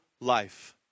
life